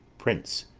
prince.